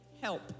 help